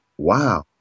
Wow